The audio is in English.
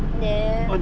then